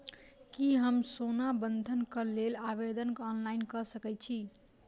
की हम सोना बंधन कऽ लेल आवेदन ऑनलाइन कऽ सकै छी?